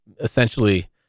essentially